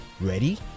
Ready